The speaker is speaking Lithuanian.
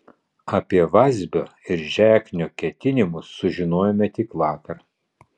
apie vazbio ir žeknio ketinimus sužinojome tik vakar